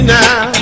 now